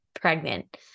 pregnant